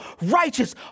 righteous